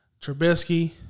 Trubisky